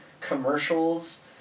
commercials